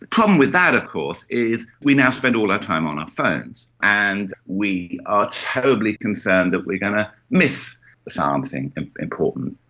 problem with that of course is we now spend all our time on our phones. and we are terribly concerned that we are going to miss something important.